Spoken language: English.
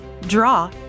draw